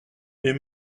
mais